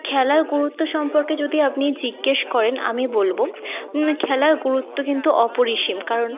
খেলার গুরুত্ব সম্পর্কে যদি আপনি জিজ্ঞেস করেন আমি বলবো খেলার গুরুত্ব কিন্তু অপরিসীম কারণ